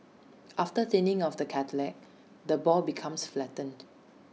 after thinning of the cartilage the ball becomes flattened